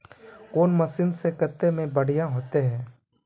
कौन मशीन से कते में बढ़िया होते है?